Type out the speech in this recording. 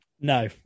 no